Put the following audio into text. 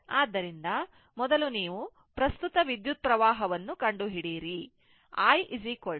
ಆದ್ದರಿಂದ ಮೊದಲು ನೀವು ಪ್ರಸ್ತುತ ವಿದ್ಯುತ್ ಹರಿವು ಅನ್ನು ಕಂಡುಹಿಡಿಯಿರಿ